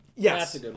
Yes